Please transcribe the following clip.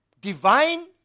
divine